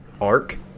arc